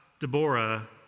Deborah